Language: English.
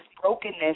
brokenness